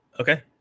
Okay